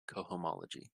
cohomology